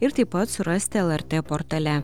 ir taip pat surasti lrt portale